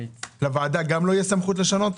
לוועדה גם לא תהיה סמכות לשנות?